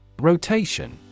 Rotation